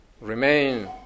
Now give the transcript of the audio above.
remain